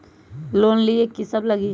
Loan लिए की सब लगी?